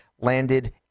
landed